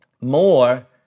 more